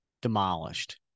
demolished